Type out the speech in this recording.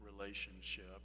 relationship